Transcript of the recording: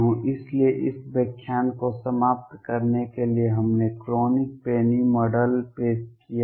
इसलिए इस व्याख्यान को समाप्त करने के लिए हमने क्रोनिग पेनी मॉडल पेश किया है